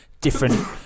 different